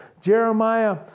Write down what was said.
Jeremiah